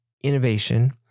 innovation